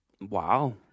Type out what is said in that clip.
Wow